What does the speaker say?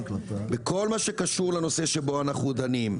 בכל מה שקשור לנושא שבו אנחנו דנים,